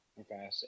Okay